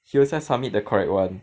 he also submit the correct one